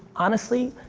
honestly,